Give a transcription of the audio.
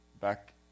back